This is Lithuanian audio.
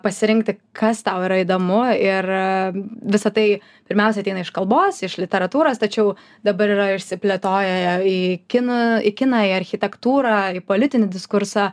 pasirinkti kas tau yra įdomu ir visa tai pirmiausia ateina iš kalbos iš literatūros tačiau dabar yra išsiplėtoję į kiną į kiną į architektūrą į politinį diskursą